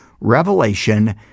Revelation